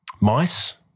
Mice